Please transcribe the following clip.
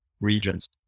regions